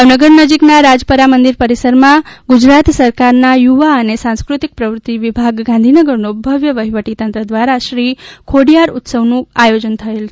ભાવનગર નજીકના રાજપરા મંદિર પરિસરમાં ગુજરાત સરકારના યુવાઓ સાંસ્કૃતિક પ્રવૃત્તિઓ વિભાગ ગાંધીનગરનો ભવ્ય વહીવટીતંત્ર દ્વારા શ્રી ખોડીયાર ઉત્સવનું ભવ્ય આયોજન થયેલ